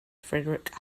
frederick